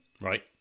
Right